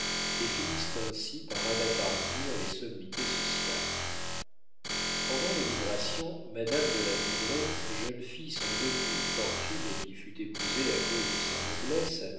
et finissent ainsi par abâtardir les sommités sociales pendant l'émigration madame de la baudraye jeune fille sans aucune fortune et qui fut épousée à cause de sa noblesse